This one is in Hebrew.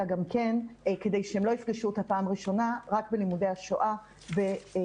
גם כן כדי שהם לא יפגשו אותה פעם ראשונה רק בלימודי השואה ובתיכון.